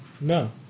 No